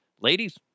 ladies